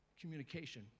communication